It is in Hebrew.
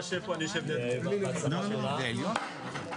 אני באמת בקיצור נמרץ,